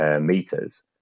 meters